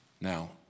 Now